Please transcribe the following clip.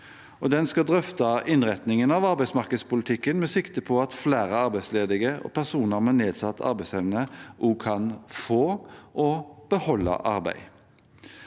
den skal drøfte innretningen av arbeidsmarkedspolitikken med sikte på at flere arbeidsledige og personer med nedsatt arbeidsevne også kan få og beholde arbeid.